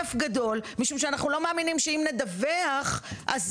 משום שאנחנו לא מאמינות שאם נדווח אז